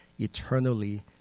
eternally